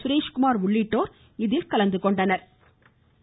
சுரேஷ்குமாா் உள்ளிட்டோா் இதில் கலந்துகொண்டனா்